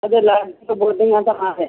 అదే lodging boarding అంతా మాదే